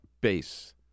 base